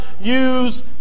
use